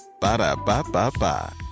Ba-da-ba-ba-ba